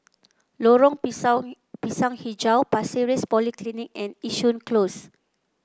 Lorong Pisang hijau Pasir Ris Polyclinic and Yishun Close